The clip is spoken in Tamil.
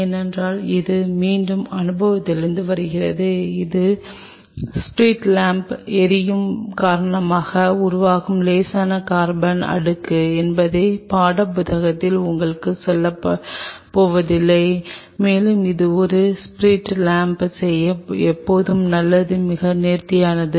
ஏனென்றால் இது மீண்டும் அனுபவத்திலிருந்து வருகிறது இது ஸ்பிரிட் லாம்ப் எரியும் காரணமாக உருவாகும் லேசான கார்பன் அடுக்கு என்பதை பாடப்புத்தகங்கள் உங்களுக்குச் சொல்லப்போவதில்லை மேலும் இது ஒரு ஸ்பிரிட் லாம்ப் செய்ய எப்போதும் நல்லது மிகவும் நேர்த்தியானது